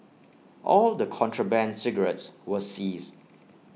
all the contraband cigarettes were seized